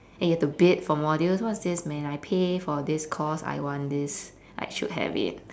and you have to bid for modules what's this man I pay for this course I want this I should have it